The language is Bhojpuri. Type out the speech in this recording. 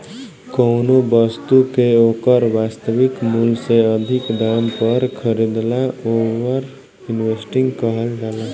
कौनो बस्तु के ओकर वास्तविक मूल से अधिक दाम पर खरीदला ओवर इन्वेस्टिंग कहल जाला